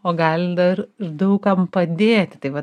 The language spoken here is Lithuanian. o gali dar ir daug kam padėti tai va